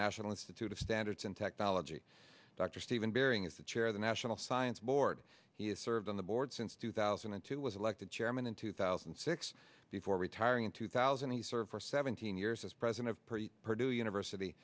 national institute of standards and technology dr steven bering is to chair the national science board he has served on the board since two thousand and two was elected chairman in two thousand and six before retiring in two thousand he served for seventeen years as president of party university